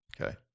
Okay